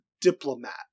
diplomat